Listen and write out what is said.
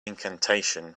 incantation